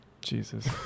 Jesus